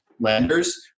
lenders